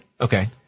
Okay